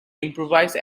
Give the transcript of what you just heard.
improvise